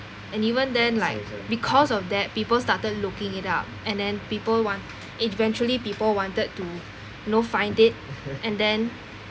and even then like because of that people started looking it up and then people want eventually people wanted to know find it and then